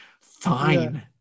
fine